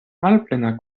malplena